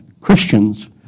Christians